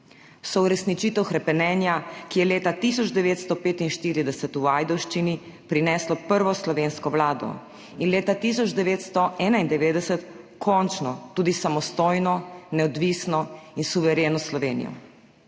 So uresničitev hrepenenja, ki je leta 1945 v Ajdovščini prineslo prvo slovensko vlado in leta 1991 končno tudi samostojno, neodvisno in suvereno Slovenijo.